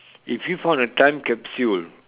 if you found a time capsule